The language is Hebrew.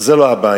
זה לא הבעיה.